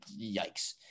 yikes